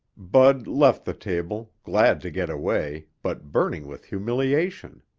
bud left the table, glad to get away, but burning with humiliation.